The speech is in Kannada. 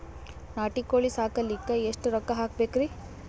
ನಾಟಿ ಕೋಳೀ ಸಾಕಲಿಕ್ಕಿ ಎಷ್ಟ ರೊಕ್ಕ ಹಾಕಬೇಕ್ರಿ?